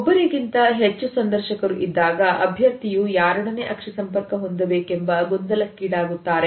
ಒಬ್ಬರಿಗಿಂತ ಹೆಚ್ಚು ಸಂದರ್ಶಕರು ಇದ್ದಾಗ ಅಭ್ಯರ್ಥಿಯು ಯಾರೊಡನೆ ಅಕ್ಷಿ ಸಂಪರ್ಕ ಹೊಂದಬೇಕೆಂಬ ಗೊಂದಲಕ್ಕೀಡಾಗುತ್ತಾರೆ